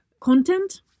content